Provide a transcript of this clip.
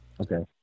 Okay